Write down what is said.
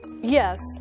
Yes